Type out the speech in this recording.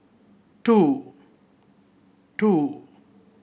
two